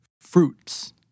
fruits